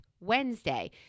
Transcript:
Wednesday